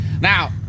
Now